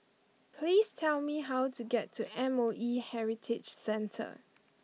please tell me how to get to M O E Heritage Centre